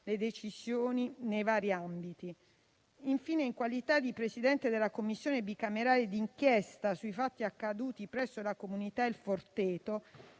sue decisioni nei vari ambiti. Infine, in qualità di Presidente della Commissione bicamerale d'inchiesta sui fatti accaduti presso la comunità "Il Forteto",